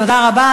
תודה רבה.